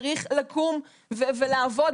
הוא צריך לקום ולעבוד,